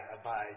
abide